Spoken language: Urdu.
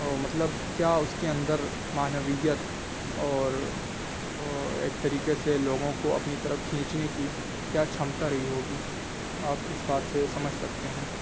مطلب کیا اس کے اندر معنویت اور ایک طریقے سے لوگوں کو اپنی طرف کھینچنے کی کیا شمتا رہی ہوگی آپ اس بات سے سمجھ سکتے ہیں